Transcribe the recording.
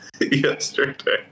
yesterday